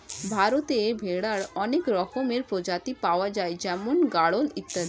ভারতে ভেড়ার অনেক রকমের প্রজাতি পাওয়া যায় যেমন গাড়ল ইত্যাদি